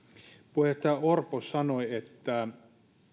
puheenjohtaja orpo sanoi että